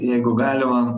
jeigu galima